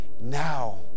now